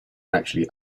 actually